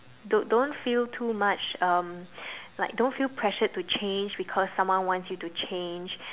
don't don't feel too much um like don't feel pressured to change because someone wants you to change